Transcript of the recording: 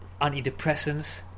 antidepressants